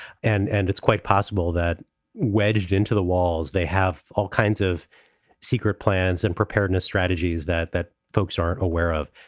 and and it's quite possible that wedged into the walls, they have all kinds of secret plans and preparedness strategies that that folks aren't aware of.